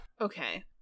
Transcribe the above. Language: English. Okay